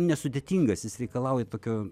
nesudėtingas jis reikalauja tokio